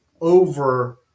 over